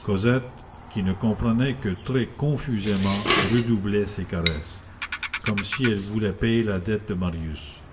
cosette qui ne comprenait que très confusément redoublait ses caresses comme si elle voulait payer la dette de marius